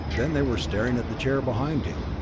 then they were staring at the chair behind him,